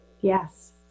Yes